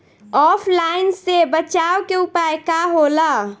ऑफलाइनसे बचाव के उपाय का होला?